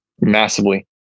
Massively